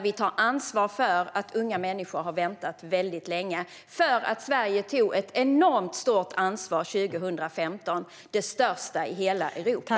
Vi tar nu ansvar för de unga människor som har väntat väldigt länge eftersom Sverige tog ett enormt stort ansvar 2015; det största i hela Europa.